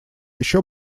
еще